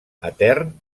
etern